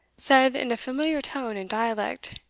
said, in a familiar tone and dialect,